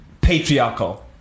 patriarchal